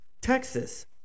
Texas